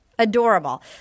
Adorable